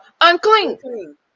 unclean